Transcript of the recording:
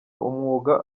umwuga